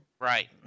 Right